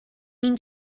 این